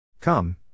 Come